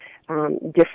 different